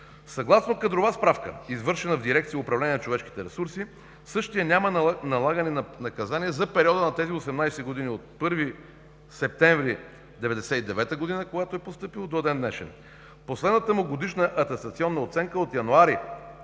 Съгласно кадрова справка, извършена в дирекция „Управление на човешките ресурси“, същият няма налагани наказания за периода на тези 18 години – от 1 септември 1999 г., когато е постъпил, до ден-днешен. Последната му годишна атестационна оценка от януари